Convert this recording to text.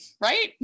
right